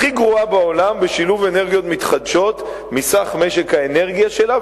הכי גרועה בעולם בשילוב אנרגיות מתחדשות מסך משק האנרגיה שלה,